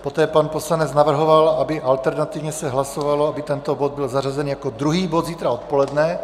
Poté pan poslanec navrhoval, aby alternativně se hlasovalo, aby tento bod byl zařazen jako druhý bod zítra odpoledne.